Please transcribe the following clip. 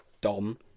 Dom